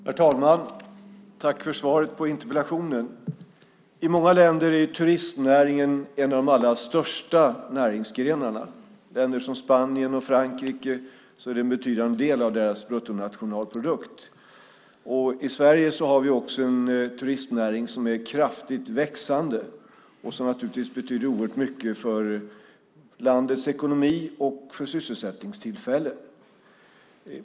Herr talman! Tack för svaret på interpellationen, Anders Borg! I många länder är turistnäringen en av de allra största näringsgrenarna. I länder som Spanien och Frankrike är den en betydande del av deras bruttonationalprodukt. I Sverige har vi också en turistnäring som är kraftigt växande och som naturligtvis betyder oerhört mycket för landets ekonomi och för antalet sysselsättningstillfällen.